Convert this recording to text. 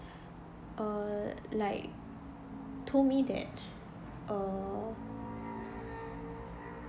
err like told me that uh